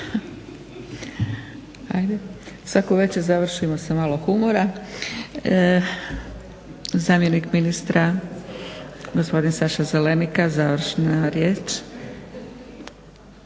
Svaku večer završimo sa malo humora. Zamjenik ministra gospodin Saša Zelenika, završna riječ.